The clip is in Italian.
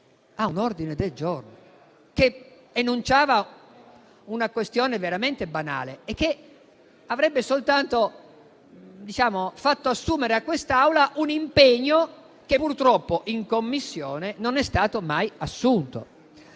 un ordine del giorno che enunciava una questione veramente banale e avrebbe soltanto fatto assumere a quest'Assemblea un impegno che purtroppo in Commissione non è stato mai assunto.